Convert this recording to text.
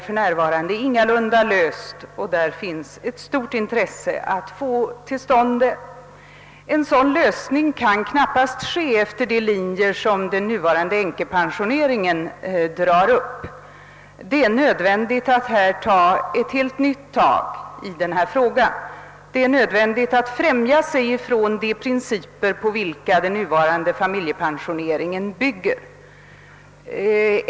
Härvidlag föreligger ett stort intresse att få till stånd en lösning, men en sådan kan knappast nås enligt de riktlinjer som för närvarande finns uppdragna för änkepensionering. Det är nödvändigt att ta ett helt nytt grepp och fjärma sig från de principer på vilka den nuvarande familjepensioneringen bygger.